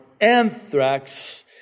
anthrax